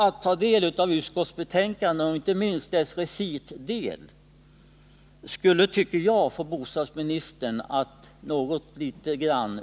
Att bara ta del av utskottsbetänkandet och då framför allt dess recitdel borde i stället enligt min mening få bostadsministern att något dämpa rösten.